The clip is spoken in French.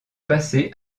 passées